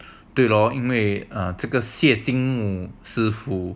对 loh 因为 err 这个谢精木师父